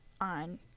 on